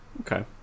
Okay